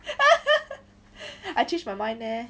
I changed my mind leh